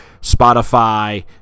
Spotify